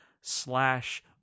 slash